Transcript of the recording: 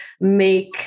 make